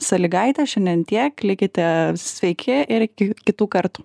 salygaitė šiandien tiek likite sveiki ir iki kitų kartų